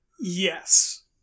yes